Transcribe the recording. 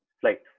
Flight